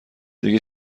دیگه